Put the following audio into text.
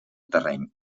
terreny